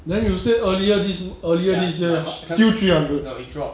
then you say earlier this uh earlier this year still three hundred